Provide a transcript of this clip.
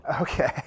Okay